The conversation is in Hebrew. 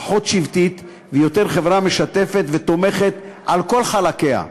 פחות שבטית ויותר חברה משתפת ותומכת על כל חלקיה,